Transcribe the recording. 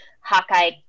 Hawkeye